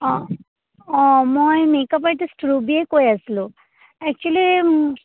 অঁ অঁ মই মেক আপ আৰ্টিষ্ট ৰুবিয়ে কৈ আছিলোঁ এক্চুয়েলী